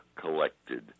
collected